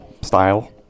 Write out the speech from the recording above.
style